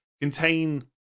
contain